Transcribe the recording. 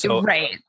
Right